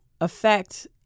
affect